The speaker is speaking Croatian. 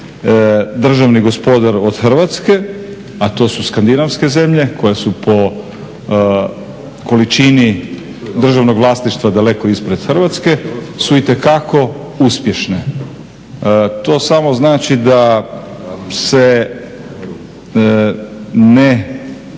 državni gospodar od Hrvatske a to su skandinavske zemlje koje su po količini državnog vlasništva daleko ispred Hrvatske su itekako uspješne. To samo znači da se ne